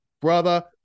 brother